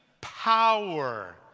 power